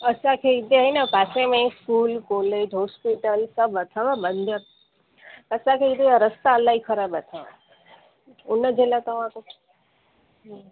असांखे कंहिं न पासे में ही स्कूल कॉलेज हॉस्पिटल सभु अथव बसि असांखे हिते रस्ता इलाही ख़राब अथव उनजे लाइ तव्हां कुझु